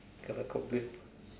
kena complain